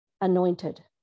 anointed